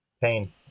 Pain